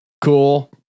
Cool